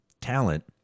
talent